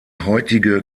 heutige